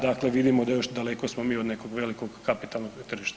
Dakle, vidimo da je još daleko smo mi još od nekog velikog kapitalnog tržišta.